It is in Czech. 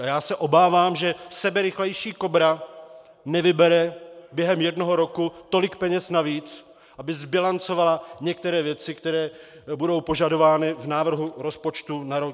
A já se obávám, že seberychlejší Kobra nevybere během jednoho roku tolik peněz navíc, aby zbilancovala některé věci, které budou požadovány v návrhu rozpočtu na rok 2015.